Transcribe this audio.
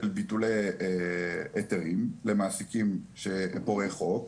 ביטולי היתרים למעסיקים שהם פורעי חוק.